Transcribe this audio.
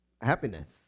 happiness